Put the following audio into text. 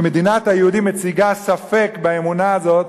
ומדינת היהודים מציגה ספק באמונה הזאת,